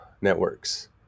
networks